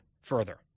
further